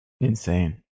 Insane